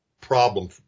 problem